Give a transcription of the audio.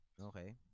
Okay